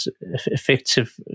effective